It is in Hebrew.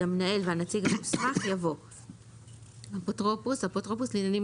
"המנהל" ו"הנציג המוסמך"" יבוא: ""אפוטרופוס" אפוטרופוס לעניינים